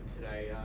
today